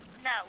No